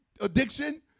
addiction